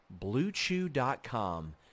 BlueChew.com